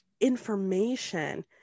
information